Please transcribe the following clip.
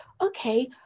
okay